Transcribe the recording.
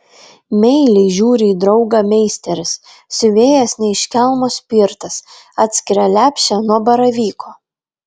meiliai žiūri į draugą meisteris siuvėjas ne iš kelmo spirtas atskiria lepšę nuo baravyko